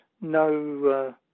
no